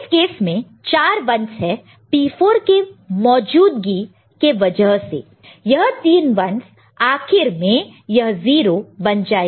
इस केस में चार 1's है P4 के मौजूदगी के वजह से यह तीन 1's आखिर में यह 0 बन जाएगा